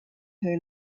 her